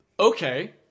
okay